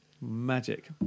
magic